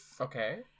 Okay